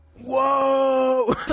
Whoa